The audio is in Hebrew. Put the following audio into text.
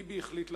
ביבי החליט לייקר.